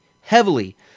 heavily